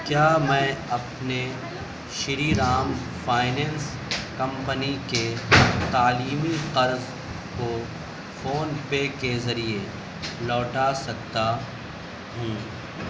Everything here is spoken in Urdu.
کیا میں اپنے شری رام فائنینس کمپنی کے تعلیمی قرض کو فون پے کے ذریعے لوٹا سکتا ہوں